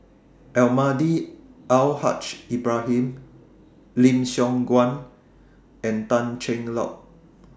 Almahdi Al Haj Ibrahim Lim Siong Guan and Tan Cheng Lock